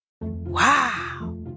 Wow